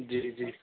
جی جی